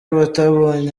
batabonye